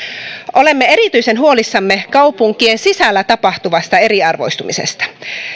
olemme erityisen huolissamme kaupunkien sisällä tapahtuvasta eriarvoistumisesta